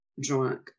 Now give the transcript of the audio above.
drunk